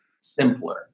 simpler